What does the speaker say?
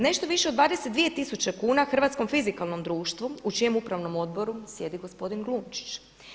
Nešto više od 22 tisuće kuna Hrvatskom fizikalnom društvu u čijem Upravnom odboru sjedi gospodin Glumčić.